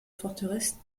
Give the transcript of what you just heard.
forteresse